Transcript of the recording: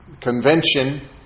convention